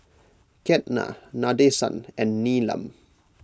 Ketna Nadesan and Neelam